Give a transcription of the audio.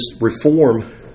reform